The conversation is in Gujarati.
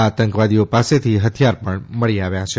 આ આતંકવાદીઓ પાસેથી હથિયાર પણ મળી આવ્યા છે